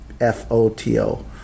f-o-t-o